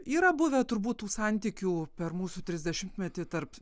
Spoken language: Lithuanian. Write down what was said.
yra buvę turbūt tų santykių per mūsų trisdešimtmetį tarp